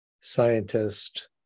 scientist